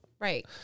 Right